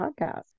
Podcast